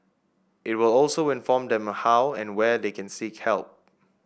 it will also inform them how and where they can seek help